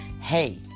Hey